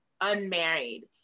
unmarried